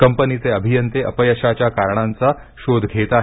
कंपनीचे अभियंते अपयशाच्या कारणांचा शोध घेत आहेत